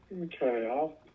Okay